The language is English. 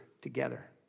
together